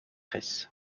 reiss